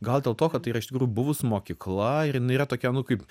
gal dėl to kad tai yra iš tikrųjų buvus mokykla ir ji yra tokia nu kaip